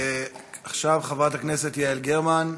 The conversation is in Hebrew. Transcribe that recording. עכשיו חברת הכנסת יעל גרמן.